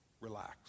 Relax